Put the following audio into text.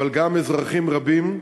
אבל גם אזרחים רבים,